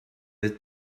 that